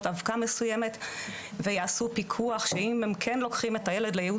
אבקה מסוימת ויעשו פיקוח שאם הם כן לוקחים את הילד לייעוץ